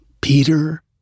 Peter